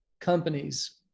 companies